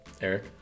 Eric